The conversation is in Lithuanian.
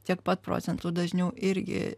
tiek pat procentų dažniau irgi